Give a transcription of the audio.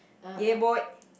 yeboi